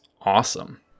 awesome